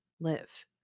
live